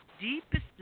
deepest